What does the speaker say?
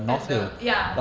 at the ya